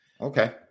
Okay